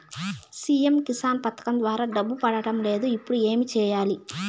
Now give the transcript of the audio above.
CM Kisan పథకం ద్వారా డబ్బు పడడం లేదు ఇప్పుడు ఏమి సేయాలి